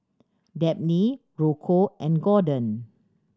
Dabney Rocco and Gorden